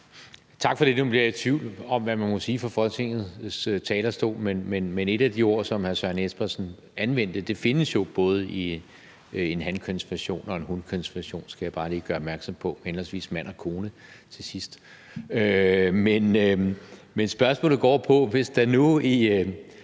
Tak for det. Nu bliver jeg i tvivl om, hvad man må sige fra Folketingets talerstol, men et af de ord, som hr. Søren Espersen anvendte, findes jo både i en hankønsversion og en hunkønsversion, skal jeg bare lige gøre opmærksom på, med henholdsvis mand og